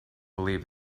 believed